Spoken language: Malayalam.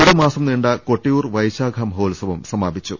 ഒരു മാസം നീണ്ട കൊട്ടിയൂർ വൈശാഖ മഹോത്സവം സമാപി ച്ചു